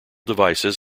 devices